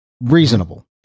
reasonable